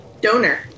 donor